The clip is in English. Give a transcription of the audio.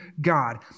God